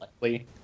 likely